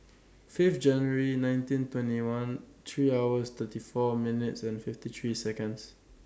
Fifth January nineteen twenty one three hours thirty four minutes and fifty three Seconds